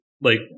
like-